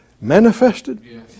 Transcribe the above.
manifested